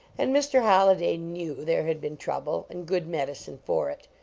and mr. holli day knew there had been trouble and good medicine for it.